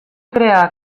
crear